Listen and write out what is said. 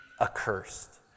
accursed